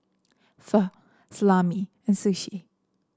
Pho Salami and Sushi